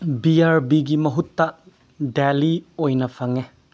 B R ꯕꯤꯒꯤ ꯃꯍꯨꯠꯇ ꯗꯦꯂꯤ ꯑꯣꯏꯅ ꯐꯪꯉꯦ